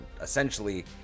essentially